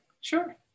sure